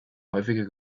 häufige